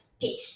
peace